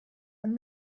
and